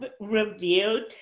reviewed